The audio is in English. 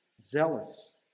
zealous